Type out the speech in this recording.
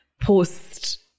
post